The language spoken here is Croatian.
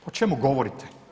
O čemu govorite?